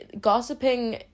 gossiping